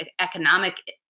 economic